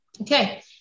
Okay